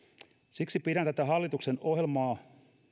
siksi pidän tätä hallituksen ohjelmaa